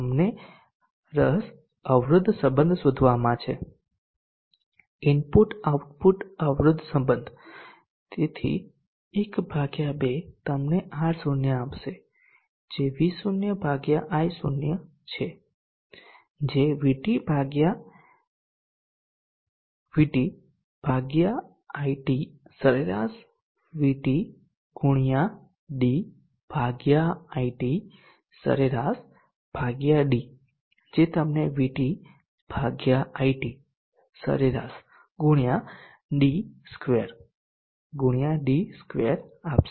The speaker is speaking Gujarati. અમને રસ અવરોધ સંબધ શોધવામાં છે ઇનપુટ આઉટપુટ અવરોધ સંબધ તેથી 12 તમને R0 આપશે જે V0I0 છે જે VT ભાગ્યા VT ભાગ્યા IT સરેરાશ VT ગુણ્યા d ભાગ્યા IT સરેરાશ ભાગ્યા d જે તમને VT ભાગ્યા IT સરેરાશ ગુણ્યા D સ્ક્વેર ગુણ્યા D સ્ક્વેર આપશે